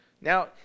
now